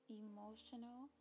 emotional